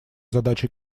задачей